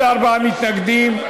44 מתנגדים,